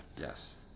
Yes